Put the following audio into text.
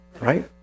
right